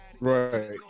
right